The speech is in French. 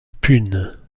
pune